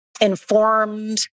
informed